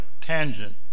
tangent